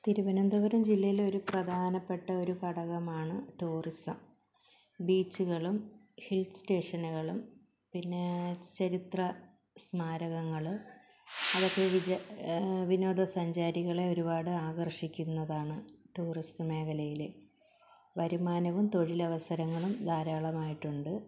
തിരുവനന്തപുരം ജില്ലയിലെ ഒരു പ്രധാനപ്പെട്ട ഒരു ഘടകമാണ് ടൂറിസം ബീച്ചുകളും ഹിൽ സ്റ്റേഷനുകളും പിന്നെ ചരിത്ര സ്മാരകങ്ങൾ അതൊക്കെ വിച വിനോദ സഞ്ചാരികളെ ഒരുപാട് ആകർഷിക്കുന്നതാണ് ടൂറിസം മേഖലയിലെ വരുമാനവും തൊഴിലവസരങ്ങളും ധാരാളമായിട്ടുണ്ട്